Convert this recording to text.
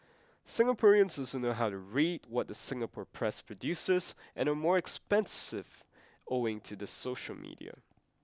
Singaporeans also know how to read what the Singapore press produces and are more expressive owing to the social media